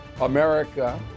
America